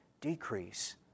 decrease